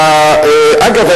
אגב,